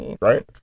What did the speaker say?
right